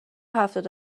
هفتاد